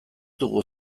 dugu